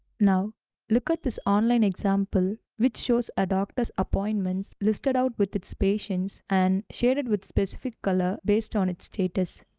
now look at this online example, which shows a doctor's appointments listed out with his patients and shaded with specific color based on its status.